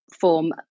form